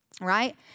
right